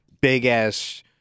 big-ass